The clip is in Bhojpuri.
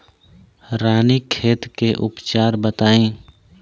रानीखेत के उपचार बताई?